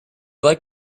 like